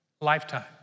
Lifetime